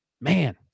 man